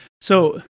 So-